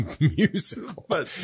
musical